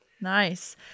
Nice